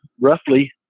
roughly